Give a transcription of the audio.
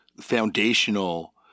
foundational